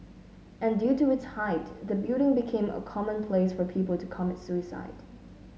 and due to its height the building became a common place for people to commit suicide